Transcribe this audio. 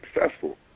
successful